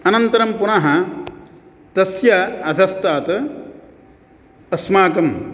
अनन्तरं पुनः तस्य अधस्तात् अस्माकं